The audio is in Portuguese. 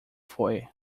foi